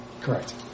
Correct